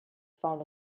found